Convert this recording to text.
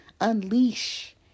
Unleash